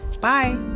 Bye